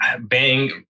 bang